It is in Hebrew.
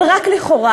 אבל רק לכאורה,